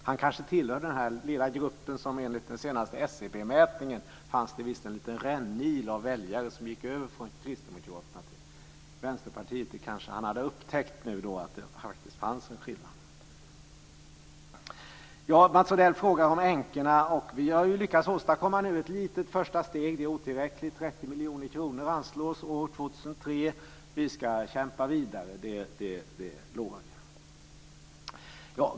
Han kanske tillhörde den lilla rännil av väljare som enligt den senaste SCB-mätningen gick över från Kristdemokraterna till Vänsterpartiet. Han kanske hade upptäckt att det faktiskt fanns en skillnad. Mats Odell frågar om änkorna. Vi har lyckats åstadkomma ett litet första steg. Det är otillräckligt. 30 miljoner kronor anslås till år 2003. Jag lovar att vi ska kämpa vidare.